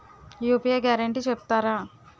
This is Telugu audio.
యూ.పీ.యి గ్యారంటీ చెప్తారా?